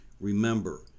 Remember